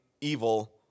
evil